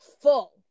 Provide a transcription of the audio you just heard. full